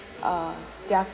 uh their